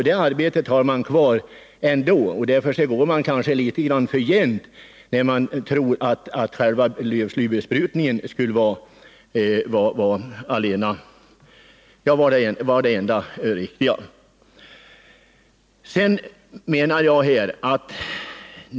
Det är alltså fel att tro att lövslybesprutningen skulle vara det enda rätta.